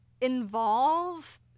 Involve